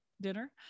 dinner